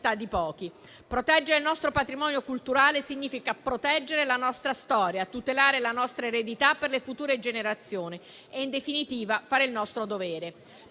di pochi. Proteggere il nostro patrimonio culturale significa proteggere la nostra storia, tutelare la nostra eredità per le future generazioni e in definitiva fare il nostro dovere.